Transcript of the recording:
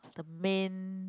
the main